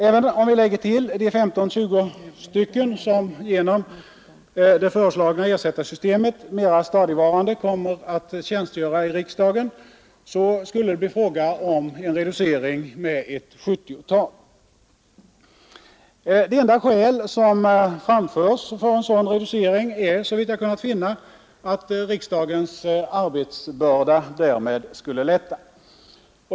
Även om vi lägger till de 15—20 ledamöter som genom det föreslagna ersättarsystemet mera stadigvarande kommer att tjänstgöra i riksdagen skulle det bli fråga om en reducering med ett 70-tal. Det enda skäl som anförts för en sådan reducering är, såvitt jag kunnat finna, att riksdagens arbetsbörda därmed skulle lätta.